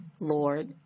Lord